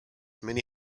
many